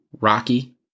rocky